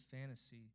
fantasy